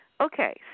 Okay